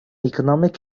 economic